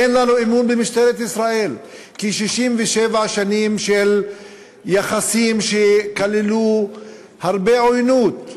אין לנו אמון במשטרת ישראל בגלל 67 שנים של יחסים שכללו הרבה עוינות,